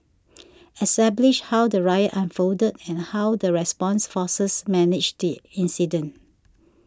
establish how the riot unfolded and how the response forces managed the incident